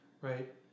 Right